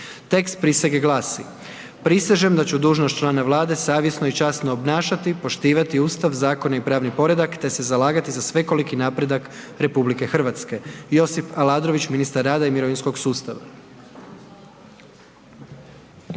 Tekst prisege glasi: „Prisežem ću dužnost člana Vlade savjesno i časno obnašati, poštivati Ustav, zakone i pravni predak te se zalagati za svekoliki napredak RH.“ Josip Aladrović, ministar rada i mirovinskog sustava.